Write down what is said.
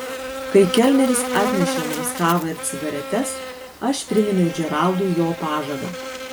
kai kelneris atnešė mums kavą ir cigaretes aš priminiau džeraldui jo pažadą